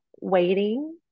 waiting